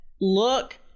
look